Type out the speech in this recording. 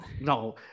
No